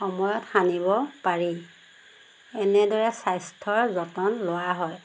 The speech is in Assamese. সময়ত সানিব পাৰি এনেদৰে স্বাস্থ্যৰ যতন লোৱা হয়